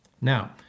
Now